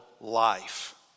life